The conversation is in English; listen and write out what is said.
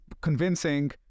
convincing